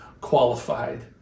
qualified